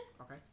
Okay